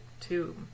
two